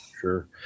sure